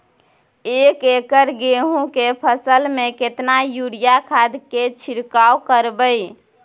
एक एकर गेहूँ के फसल में केतना यूरिया खाद के छिरकाव करबैई?